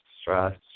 stress